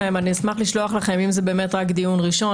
אני אשמח לשלוח לכם אם זה באמת רק דיון ראשון,